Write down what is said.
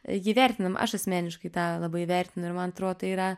jį vertinam aš asmeniškai tą labai vertinu ir man atrodo tai yra